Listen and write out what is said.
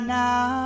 now